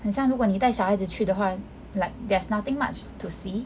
很像如果你带小孩子去的话 like there's nothing much to see